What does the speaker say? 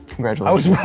congratulations.